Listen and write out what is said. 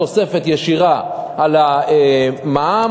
תוספת ישירה על המע"מ,